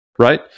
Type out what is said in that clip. right